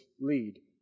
lead